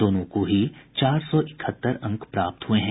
दोनों को ही चार सौ इकहत्तर अंक प्राप्त हुए हैं